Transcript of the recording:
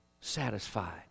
satisfied